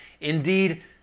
indeed